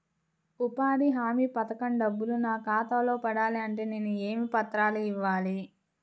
ఉపాధి హామీ పథకం డబ్బులు నా ఖాతాలో పడాలి అంటే నేను ఏ పత్రాలు ఇవ్వాలి?